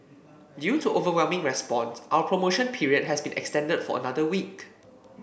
due to overwhelming response our promotion period has been extended for another week